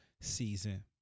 season